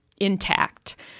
intact